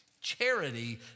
Charity